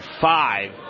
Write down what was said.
five